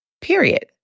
period